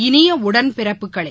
இனியஉடன்பிறப்புக்களே